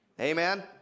Amen